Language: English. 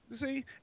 see